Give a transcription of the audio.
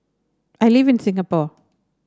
I live in Singapore